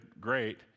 great